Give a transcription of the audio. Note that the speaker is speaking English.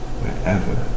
wherever